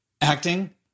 acting